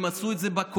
הם עשו את זה בקורונה,